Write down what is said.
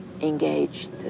engaged